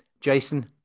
Jason